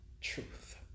truth